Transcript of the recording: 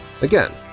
Again